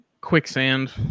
quicksand